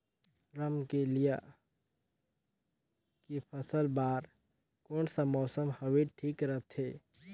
रमकेलिया के फसल बार कोन सा मौसम हवे ठीक रथे?